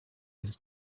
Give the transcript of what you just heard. his